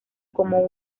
como